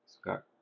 Scott